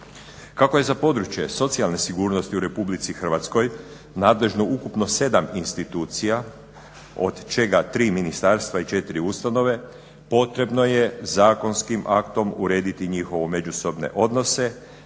Kako je za područje socijalne sigurnosti u Republici Hrvatskoj nadležno ukupno sedam institucija, od čega tri ministarstva i četiri ustanove, potrebno je zakonskim aktom urediti njihove međusobne odnose,